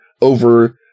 over